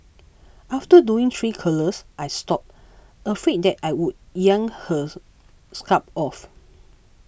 after doing three curlers I stopped afraid that I would yank her scalp off